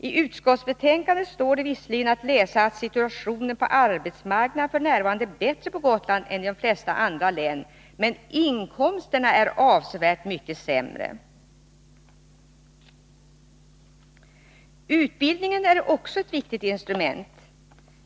I utskottsbetänkandet står det visserligen att läsa att situationen på arbetsmarknaden f. n. är bättre på Gotland än i de flesta andra län, men inkomsterna är avsevärt mycket sämre. Utbildningen är också ett viktigt instrument.